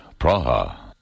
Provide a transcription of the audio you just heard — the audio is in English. Praha